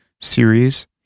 series